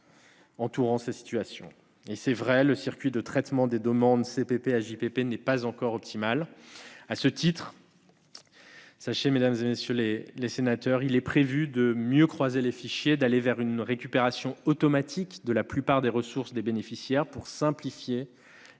que le circuit de traitement des demandes de CPP et d'AJPP n'est pas encore optimal. Sachez à ce propos, mesdames, messieurs les sénateurs, qu'il est prévu de mieux croiser les fichiers et d'aller vers une récupération automatique de la plupart des ressources des bénéficiaires, afin de simplifier les démarches